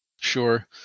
Sure